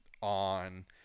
on